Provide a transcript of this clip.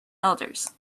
elders